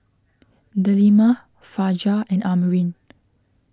Delima Fajar and Amrin